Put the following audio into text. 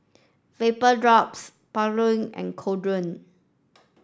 Vapodrops and Kordel